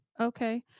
okay